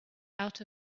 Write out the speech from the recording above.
out